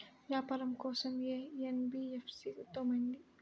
వ్యాపారం కోసం ఏ ఎన్.బీ.ఎఫ్.సి ఉత్తమమైనది?